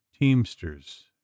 teamsters